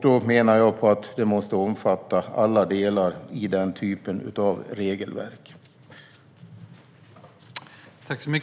Då menar jag att alla delar i den typen av regelverk måste omfattas.